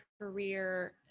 career